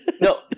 No